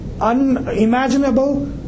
unimaginable